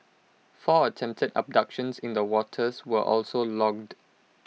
four attempted abductions in the waters were also logged